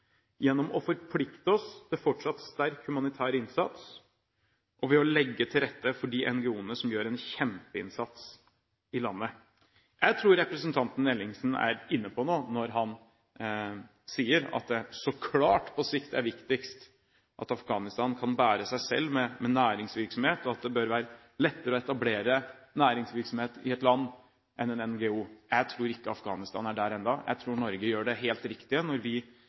gjennom å forplikte oss til fortsatt sterk humanitær innsats og ved å legge til rette for de NGO-ene som gjør en kjempeinnsats i landet. Jeg tror representanten Ellingsen er inne på noe når han sier at det så klart på sikt er viktigst at Afghanistan kan bære seg selv med næringsvirksomhet, og at det bør være lettere å etablere næringsvirksomhet i et land enn i en NGO. Jeg tror ikke Afghanistan er der enda – jeg tror Norge gjør det helt riktige når vi